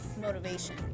motivation